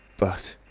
but